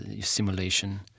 simulation